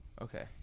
Okay